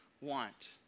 want